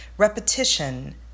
Repetition